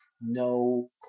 No